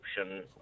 option